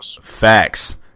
facts